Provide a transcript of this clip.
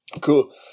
Cool